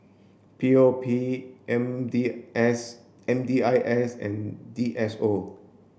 P O P M D I S and D S O